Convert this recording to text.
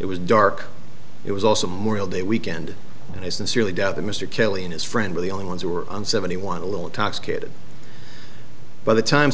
it was dark it was also memorial day weekend and i sincerely doubt that mr kelly and his friend were the only ones who were on seventy one a little intoxicated by the time